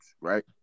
right